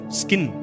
skin